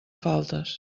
faltes